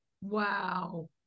Wow